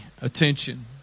attention